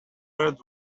brick